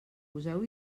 poseu